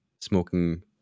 smoking